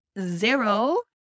zero